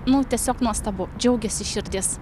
nu tiesiog nuostabu džiaugiasi širdis